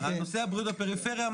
הנושא של הבריאות בפריפריה,